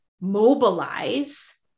mobilize